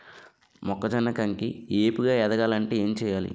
మొక్కజొన్న కంకి ఏపుగ ఎదగాలి అంటే ఏంటి చేయాలి?